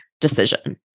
decision